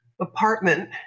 apartment